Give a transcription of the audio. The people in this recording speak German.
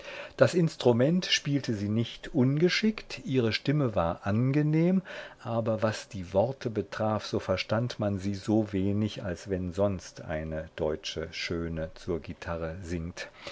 das instrument spielte sie nicht ungeschickt ihre stimme war angenehm was aber die worte betraf so verstand man sie so wenig als wenn sonst eine deutsche schöne zur gitarre singt